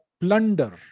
plunder